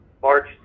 March